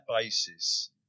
basis